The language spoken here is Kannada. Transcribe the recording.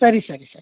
ಸರಿ ಸರಿ ಸರಿ